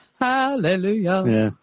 Hallelujah